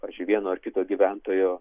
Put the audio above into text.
pavyzdžiui vieno ar kito gyventojo